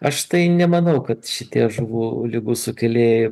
aš tai nemanau kad šitie žuvų ligų sukėlėjai